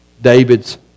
David's